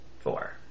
four